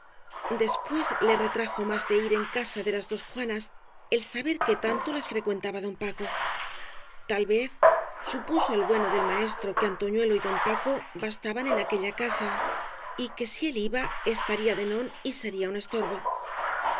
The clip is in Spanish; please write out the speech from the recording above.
después le retrajo más de ir en casa de las dos juanas el saber que tanto las fre cuentaba don paco tal vez supuso el bueno del maestro que antoñuelo y don paco bastaban er aquella casa y que si él iba estaría de non y sería un estorbo